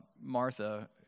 Martha